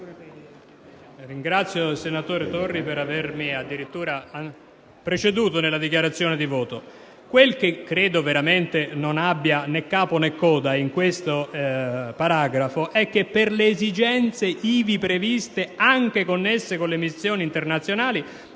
ringrazio il senatore Torri per avermi addirittura preceduto nella dichiarazione di voto. Quello che credo veramente non abbia né capo né coda in questo comma è che per le esigenze ivi previste anche inserite alle missioni internazionali